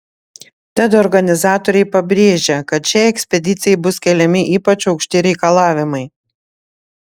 tad organizatoriai pabrėžia kad šiai ekspedicijai bus keliami ypač aukšti reikalavimai